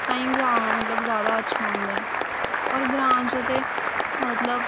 ताईं ग्रां मतलब जैदा अच्छा होंदा ऐ होर ग्रां च ते मतलब